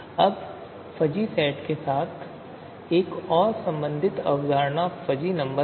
अब fuzzy set के साथ एक और संबंधित अवधारणा फ़ज़ी नंबर है